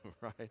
right